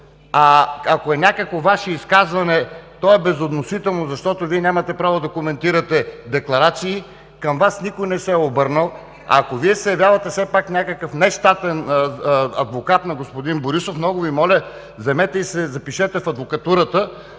Ако е някакво Ваше изказване, то е безотносително, защото Вие нямате право да коментирате декларации. Към Вас никой не се е обърнал. Ако Вие се явявате все пак някакъв нещатен адвокат на господин Борисов, много Ви моля, вземете и се запишете в Адвокатурата,